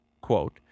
quote